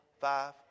five